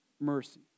mercy